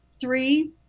three